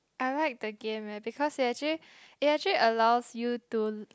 I write the game right because it actually it actually allows you to